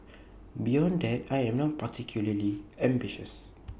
beyond that I am not particularly ambitious